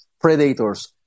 predators